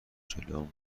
جلوم